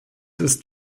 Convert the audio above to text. ist